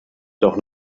doch